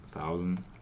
thousand